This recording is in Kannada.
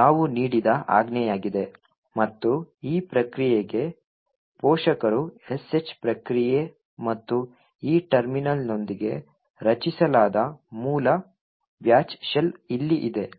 ನಾವು ನೀಡಿದ ಆಜ್ಞೆಯಾಗಿದೆ ಮತ್ತು ಈ ಪ್ರಕ್ರಿಯೆಗೆ ಪೋಷಕರು sh ಪ್ರಕ್ರಿಯೆ ಮತ್ತು ಈ ಟರ್ಮಿನಲ್ನೊಂದಿಗೆ ರಚಿಸಲಾದ ಮೂಲ ಬ್ಯಾಚ್ ಶೆಲ್ ಇಲ್ಲಿ ಇದೆ